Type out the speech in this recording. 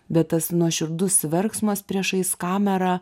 bet tas nuoširdus verksmas priešais kamerą